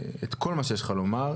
כל מה שיש לך לומר.